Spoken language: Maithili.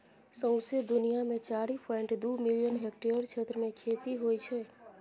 सौंसे दुनियाँ मे चारि पांइट दु मिलियन हेक्टेयर क्षेत्र मे खेती होइ छै